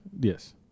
Yes